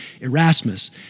Erasmus